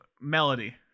melody